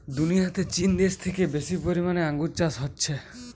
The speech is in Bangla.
দুনিয়াতে চীন দেশে থেকে বেশি পরিমাণে আঙ্গুর চাষ হচ্ছে